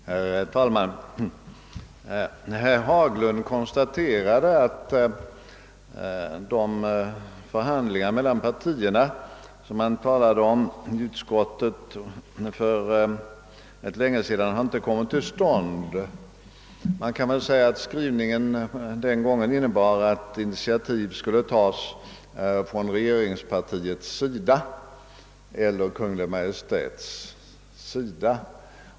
Herr talman! Herr Haglund konstaterade att de förhandlingar mellan partierna, som man talade om i konstitutionsutskottet för rätt länge sedan, inte har kommit till stånd. Vi kan väl säga att skrivningen i utskottets utlåtande den gången innebar att initiativ skulle tas från regeringspartiets sida eller från Kungl. Maj:ts sida.